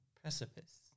precipice